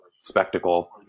spectacle